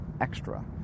extra